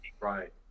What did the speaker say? Right